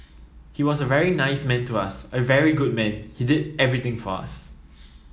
he was a very nice man to us a very good man he did everything for us